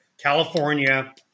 California